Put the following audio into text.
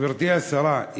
גברתי השרה,